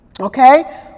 Okay